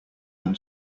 than